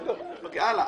הלאה.